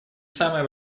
самое